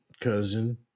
cousin